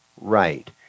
right